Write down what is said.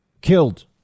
Killed